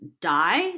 die